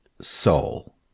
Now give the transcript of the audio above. soul